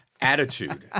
Attitude